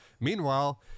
Meanwhile